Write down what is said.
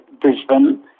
Brisbane